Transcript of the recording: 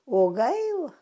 o gaila